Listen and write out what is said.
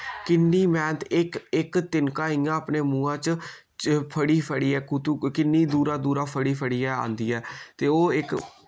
किन्नी मैह्नत इक इक तिनका इय्यां अपने मूहां च च फड़ी फड़ियै कुत्थूं किन्नी दूरा दूरा फड़ी फड़ियै आंदी ऐ ते ओह् इक